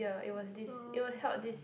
so